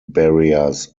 barriers